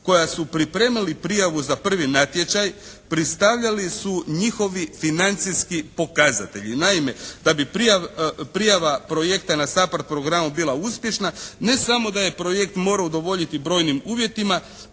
koji su pripremili za prvi natječaj predstavljali su njihovi financijski pokazatelji. Naime, da bi prijava projekta na SAPARD programu bila uspješna, ne samo da je projekt morao udovoljiti brojnim uvjetima,